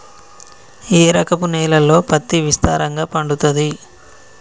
ఏ రకపు నేలల్లో పత్తి విస్తారంగా పండుతది?